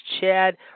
Chad